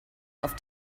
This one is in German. auf